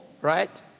right